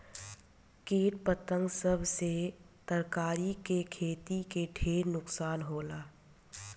किट पतंगा सब से तरकारी के खेती के ढेर नुकसान होला